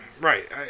Right